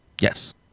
Yes